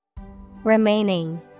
Remaining